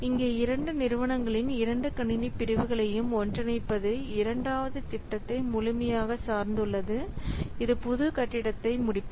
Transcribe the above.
இங்கே இரண்டு நிறுவனங்களின் இரண்டு கணினி பிரிவுகளையும் ஒன்றிணைப்பது இரண்டாவது திட்டத்தை முழுமையாக சார்ந்துள்ளது இது புதிய கட்டிடத்தை முடிப்பது